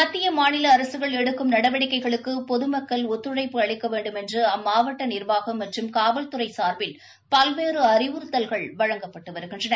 மத்திய மாநில அரசுகள் எடுக்கும் நடவடிக்கைகளுக்கு பொதுமக்கள் ஒத்துழைப்பு அளிக்க வேண்டுமென்று அம்மாவட்ட நிர்வாகம் மற்றும் காவல்துறை சா்பில் பல்வேறு அழிவுறுத்தல்கள் வழங்கப்பட்டு வருகின்றன